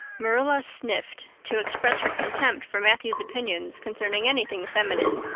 marilla sniffed, to express her contempt for matthew's opinions concerning anything feminine,